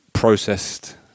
processed